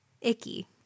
icky